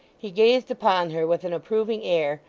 he gazed upon her with an approving air,